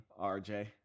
RJ